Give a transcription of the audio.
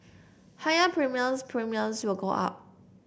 higher premiums Premiums will go up